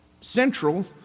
Central